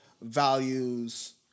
values